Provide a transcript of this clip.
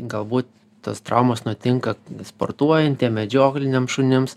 galbūt tos traumos nutinka sportuojantiem medžiokliniam šunims